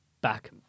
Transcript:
back